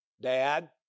Dad